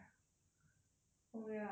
oh ya I think I heard of it